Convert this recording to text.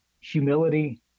humility